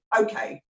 okay